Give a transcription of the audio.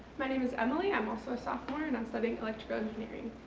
my name is emily. i'm also a sophomore and i'm studying electrical engineering.